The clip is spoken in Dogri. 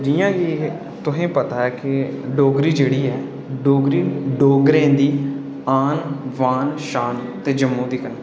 जि'यां कि तुसें गी बी पता ऐ के डोगरी जेह्ड़ी ऐ डोगरी डोगरें दी आन बान शान ते जम्मू दी कन्नै